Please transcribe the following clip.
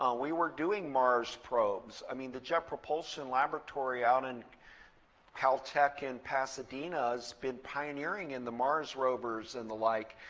um we were doing mars probes. i mean, the jet propulsion laboratory out in caltech in pasadena has pioneering in the mars rovers and the like.